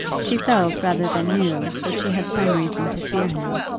she felt rather than knew that she had some reason to fear him.